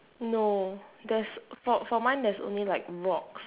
no there's for for mine there's only like rocks